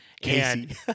Casey